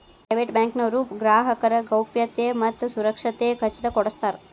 private bank ನವರು ಗ್ರಾಹಕರ ಗೌಪ್ಯತೆ ಮತ್ತ ಸುರಕ್ಷತೆ ಖಚಿತ ಕೊಡ್ಸತಾರ